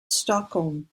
stockholm